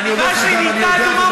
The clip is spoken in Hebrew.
אני שומע אותך ואני מתבייש.